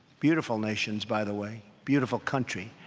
beautiful nations, by the way. beautiful country.